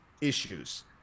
issues